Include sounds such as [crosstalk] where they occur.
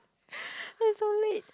[laughs] why so late